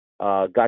got